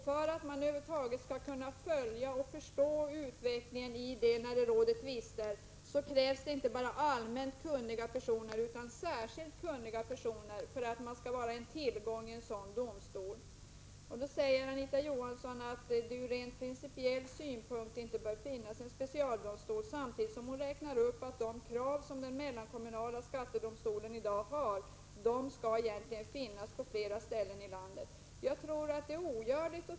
För att man över huvud taget skall kunna följa och förstå utvecklingen när det gäller tvister krävs inte bara allmänt kunniga personer, utan särskilt kunniga personer för att de skall vara en tillgång i en sådan domstol. Anita Johansson säger att ur principiell synpunkt bör det inte finnas en specialdomstol. Samtidigt säger hon att de krav som ställs på den mellankommunala skattedomstolen i dag skall tillgodoses på flera ställen i landet.